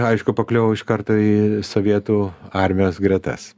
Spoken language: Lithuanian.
aišku pakliuvau iš karto į sovietų armijos gretas